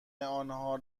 آنها